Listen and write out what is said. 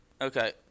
Okay